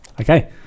Okay